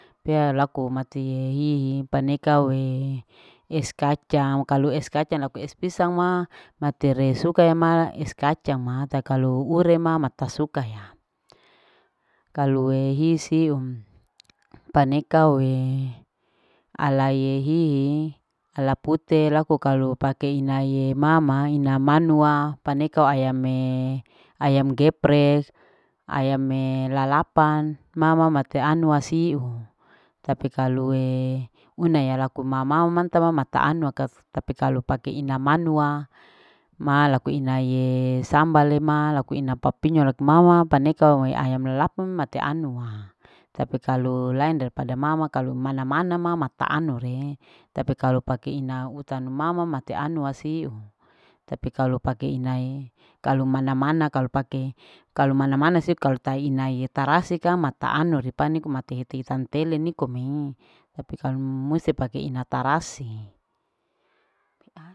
Hea laku matie hihi paneka he laku es kacang laku es kacang es pisang ya ma matere suaka ya ma es kacang ya ma kalu ura ma mata suka ya kalue hisiu paneka aue ala hihi ala pute laku kalu pake inae mama ina manua paneko ayame, ayam geprek. ayam e lalapan mama mate anua siu tapi kalu e unaya laku mamau manta laku mata anwa tapi kalu pake ina manua ma laku inaee sambale ma laku ina papinyo laku ina mama paneka au ayam lalapan mati anuwa tapi kalu laen daripda mama kalu mana. mana ma mata anue tapi kalu pake ian utanu mama mate anua siu tapi kalu pake inae kalu mana. mana kalu pake kalu mana. mana si kau tai inae tarasi kang mata anu rianu kuamte tele nikome tapi kalu muste pake ina tarasi.